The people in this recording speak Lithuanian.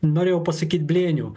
norėjau pasakyt blėnių